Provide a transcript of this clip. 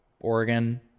Oregon